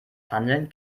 handeln